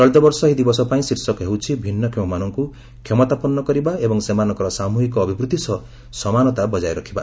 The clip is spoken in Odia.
ଚଳିତବର୍ଷ ଏହି ଦିବସ ପାଇଁ ଶୀର୍ଷକ ହେଉଛି ଭିନ୍ନକ୍ଷମମାନଙ୍କୁ କ୍ଷମତାପନ୍ନ କରିବା ଏବଂ ସେମାନଙ୍କର ସାମୁହିକ ଅଭିବୃଦ୍ଧି ସହ ସମାନତା ବକାୟ ରଖିବା